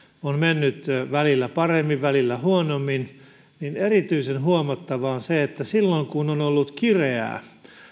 on mennyt välillä paremmin välillä huonommin niin erityisen huomattavaa on se että silloin kun on ollut kireää